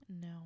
No